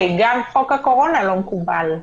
גם חוק הקורונה לא מקובל.